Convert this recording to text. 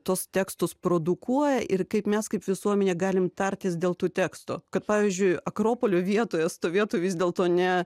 tuos tekstus produkuoja ir kaip mes kaip visuomenė galim tartis dėl tų tekstų kad pavyzdžiui akropolio vietoje stovėtų vis dėlto ne